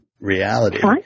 reality